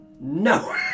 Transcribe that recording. no